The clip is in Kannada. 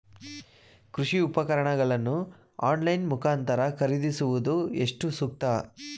ಕೃಷಿ ಉಪಕರಣಗಳನ್ನು ಆನ್ಲೈನ್ ಮುಖಾಂತರ ಖರೀದಿಸುವುದು ಎಷ್ಟು ಸೂಕ್ತ?